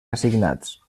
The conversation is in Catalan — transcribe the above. assignats